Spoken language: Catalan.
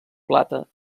plata